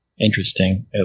interesting